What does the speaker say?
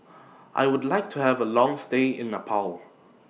I Would like to Have A Long stay in Nepal